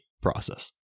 process